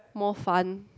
more fun